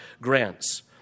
grants